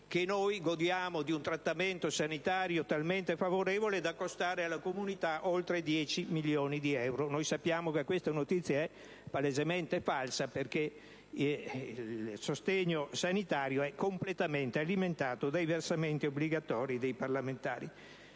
che noi godiamo di un trattamento sanitario talmente favorevole da costare alla comunità oltre 10 milioni di euro. Noi sappiamo che questa notizia è palesemente falsa, perché il sostegno sanitario è completamente alimentato dai versamenti obbligatori dei parlamentari.